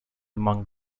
among